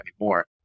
anymore